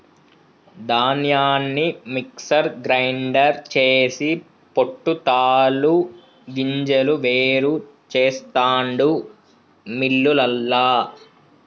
ధాన్యాన్ని mixer grinder చేసి పొట్టు తాలు గింజలు వేరు చెస్తాండు మిల్లులల్ల